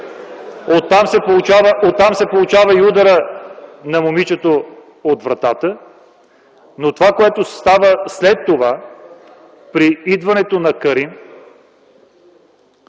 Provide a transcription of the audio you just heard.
Оттам се получава и ударът на момичето от вратата, но това, което става след това при идването на Карим,